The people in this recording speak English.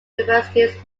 university